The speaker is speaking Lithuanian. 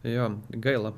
jo gaila